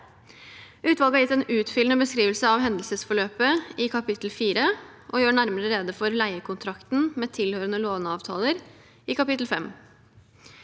Utvalget har gitt en utfyllende beskrivelse av hendelsesforløpet i kapittel 4 og gjør nærmere rede for leiekontrakten med tilhørende låneavtaler i kapittel 5.